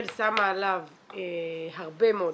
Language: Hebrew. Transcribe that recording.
שמה עליו הרבה מאוד